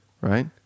right